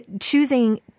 choosing